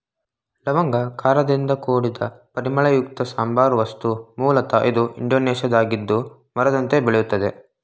ಲವಂಗ ಖಾರದಿಂದ ಕೂಡಿದ ಪರಿಮಳಯುಕ್ತ ಸಾಂಬಾರ ವಸ್ತು ಮೂಲತ ಇದು ಇಂಡೋನೇಷ್ಯಾದ್ದಾಗಿದ್ದು ಮರದಂತೆ ಬೆಳೆಯುತ್ತದೆ